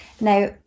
Now